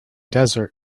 desert